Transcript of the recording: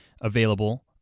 available